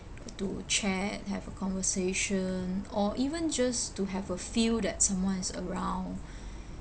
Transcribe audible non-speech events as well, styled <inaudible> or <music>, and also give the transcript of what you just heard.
to chat have a conversation or even just to have a feel that someone is around <breath>